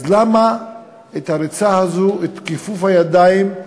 אז למה הריצה הזאת, כיפוף הידיים,